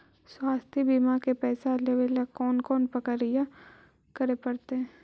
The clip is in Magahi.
स्वास्थी बिमा के पैसा लेबे ल कोन कोन परकिया करे पड़तै?